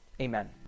Amen